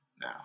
now